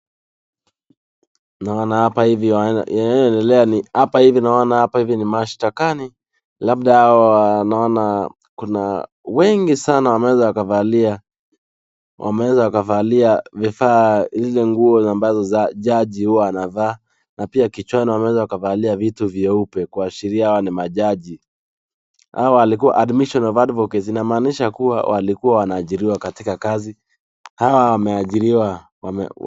Naona hapa hivi inaendelea ni hapa hivi naona hapa hivi ni mashtakani. Labda hawa naona kuna wengi sana wameweza wakavalia vifaa zile nguo ambazo jaji huwa anavaa na pia kichwani wameweza wakavalia vitu vyeupe kuashiria hawa ni majaji. Hawa walikuwa admission of advocates inamaanisha kuwa walikuwa wanaajiriwa katika kazi. Hawa wameajiriwa.